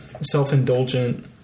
self-indulgent